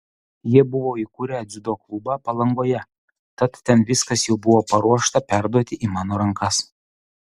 jie buvo įkūrę dziudo klubą palangoje tad ten viskas jau buvo paruošta perduoti į mano rankas